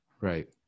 Right